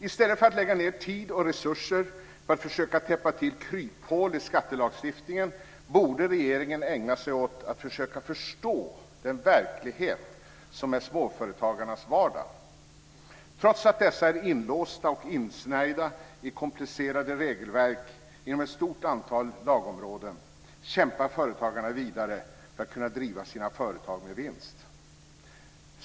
I stället för att lägga ned tid och resurser på att försöka täppa till krypål i skattelagstiftningen borde regeringen ägna sig åt att försöka förstå den verklighet som är småföretagarnas vardag. Trots att de är inlåsta och insnärjda i komplicerade regelverk inom ett stort antal lagområden kämpar företagarna vidare för att kunna driva sina företag med vinst.